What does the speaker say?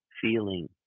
feeling